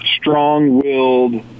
strong-willed